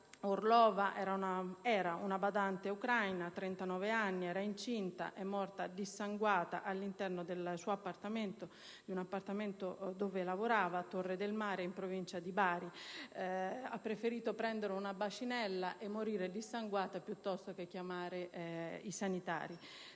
Orlova, una badante ucraina di 39 anni, che era incinta ed è morta dissanguata all'interno dell'appartamento in cui lavorava, a Torre a Mare, una frazione di Bari. Ha preferito prendere una bacinella e morire dissanguata piuttosto che chiamare i sanitari.